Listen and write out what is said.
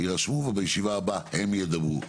יירשמו ובישיבה הבאה הם ידברו.